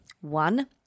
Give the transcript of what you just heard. One